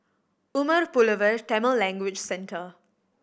Umar Pulavar Tamil Language Centre